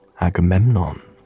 Agamemnon